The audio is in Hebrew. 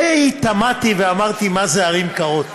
די תמהתי, ואמרתי: מה זה ערים קרות?